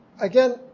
again